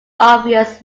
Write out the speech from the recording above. obvious